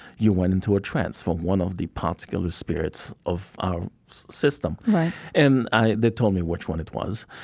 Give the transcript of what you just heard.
you went into a trance from one of the particular spirits of our system right and i they told me which one it was.